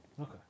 Okay